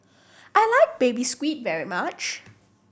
I like Baby Squid very much